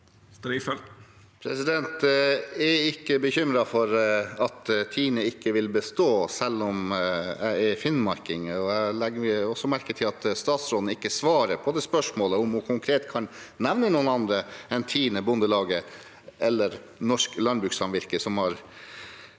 Jeg er ikke be- kymret for at Tine ikke vil bestå, selv om jeg er finnmarking. Jeg legger også merke til at statsråden ikke svarer på spørsmålet om hun konkret kan nevne noen andre enn Tine, Bondelaget eller Norsk Landbrukssamvirke som har